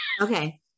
okay